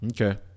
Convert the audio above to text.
Okay